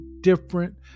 different